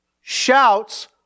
shouts